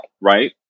right